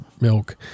milk